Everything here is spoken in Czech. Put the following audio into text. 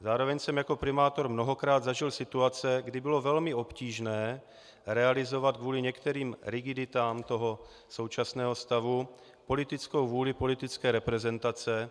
Zároveň jsem jako primátor mnohokrát zažil situace, kdy bylo velmi obtížné realizovat kvůli některým rigiditám současného stavu politickou vůli politické reprezentace.